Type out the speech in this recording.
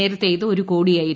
നേരത്തെ ഇത് ഒരു കോടിയായിരുന്നു